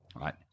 right